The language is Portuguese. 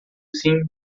sim